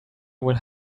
will